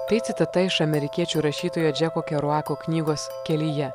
tai citata iš amerikiečių rašytojo džeko keruako knygos kelyje